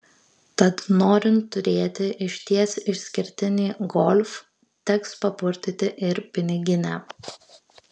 tad norint turėti išties išskirtinį golf teks papurtyti ir piniginę